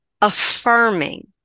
affirming